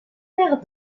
terre